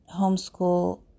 homeschool